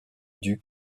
duc